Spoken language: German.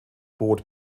bot